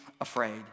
afraid